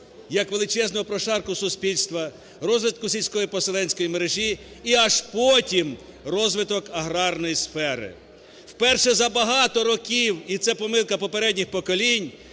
як величезного прошарку суспільства, розвитку сільської поселенської мережі, і аж потім – розвиток аграрної сфери. Вперше за багато років, і це – помилка попередніх поколінь,